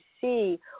see